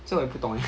这我也不懂 leh